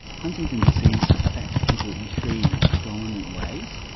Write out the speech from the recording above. huntington's disease affects people in three predominant ways.